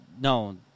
No